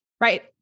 Right